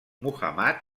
muhammad